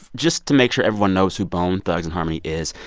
just to make sure everyone knows who bone thugs-n-harmony is,